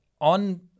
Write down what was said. on